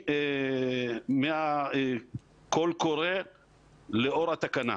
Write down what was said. מהקול קורא לאור התקנה.